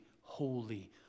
holy